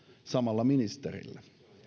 samalla ministerillä